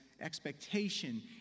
expectation